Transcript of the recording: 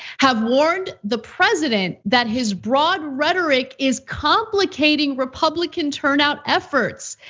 have warned the president that his broad rhetoric is complicating republican turnout efforts.